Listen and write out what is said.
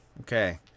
Okay